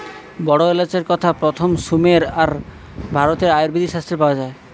বড় এলাচের কথা প্রথম সুমের আর ভারতের আয়ুর্বেদ শাস্ত্রে পাওয়া যায়